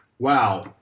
Wow